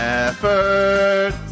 effort